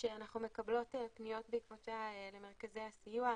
שאנחנו מקבלות פניות בעקבותיה למרכזי הסיוע,